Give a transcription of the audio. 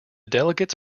delegates